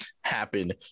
happen